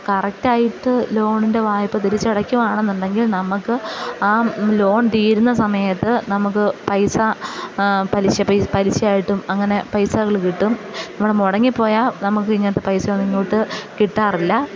കറക്റ്റായിട്ട് ലോണിൻ്റെ വായ്പ തിരിച്ചടയ്ക്കുകയാണെന്നുണ്ടെങ്കിൽ നമുക്ക് ആ ലോൺ തീരുന്ന സമയത്ത് നമുക്ക് പൈസ പലിശ പലിശയായിട്ടും അങ്ങനെ പൈസകൾ കിട്ടും നമ്മുടെ മുടങ്ങി പോയ നമുക്ക് ഇങ്ങനത്തെ പൈസ ഒന്നും ഇങ്ങോട്ട് കിട്ടാറില്ല